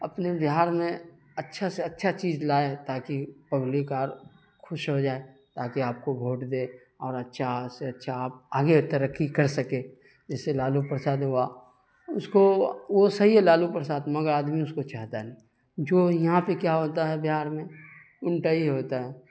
اپنے بہار میں اچھا سے اچھا چیز لائے تاکہ پبلک اور خوش ہو جائے تاکہ آپ کو بھوٹ دے اور اچھا سے اچھا آپ آگے ترقی کر سکے جیسے لالو پرساد ہوا اس کو وہ صحیح ہے لالو پرساد مگر آدمی اس کو چاہتا ہے جو یہاں پہ کیا ہوتا ہے بہار میں الٹا ہی ہوتا ہے